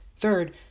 Third